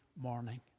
morning